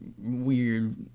Weird